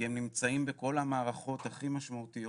כי הם נמצאים בכל המערכות הכי משמעותיות